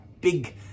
big